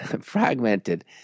fragmented